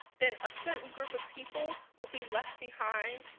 then a certain group of people will be less behind,